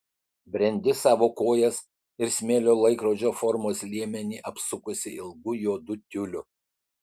brendi savo kojas ir smėlio laikrodžio formos liemenį apsukusi ilgu juodu tiuliu